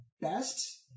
best